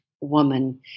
woman